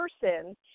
person